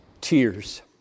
tears